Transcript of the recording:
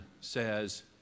says